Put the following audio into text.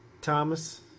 Thomas